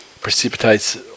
precipitates